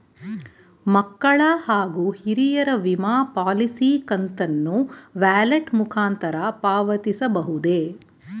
ಮಕ್ಕಳ ಹಾಗೂ ಹಿರಿಯರ ವಿಮಾ ಪಾಲಿಸಿ ಕಂತನ್ನು ವ್ಯಾಲೆಟ್ ಮುಖಾಂತರ ಪಾವತಿಸಬಹುದೇ?